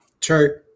True